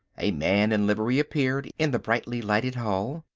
a man in livery appeared in the brightly lighted hall.